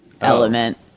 element